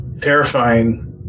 terrifying